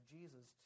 Jesus